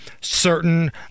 certain